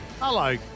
Hello